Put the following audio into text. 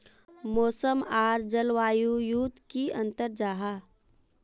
मौसम आर जलवायु युत की अंतर जाहा?